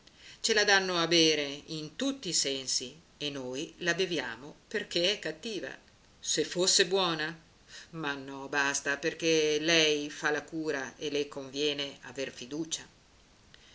ce la danno a bere in tutti i sensi e noi la beviamo perché è cattiva se fosse buona ma no basta perché lei fa la cura e le conviene aver fiducia